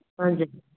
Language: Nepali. हजुर